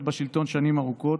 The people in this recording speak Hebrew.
הם הגישו אי-אמון.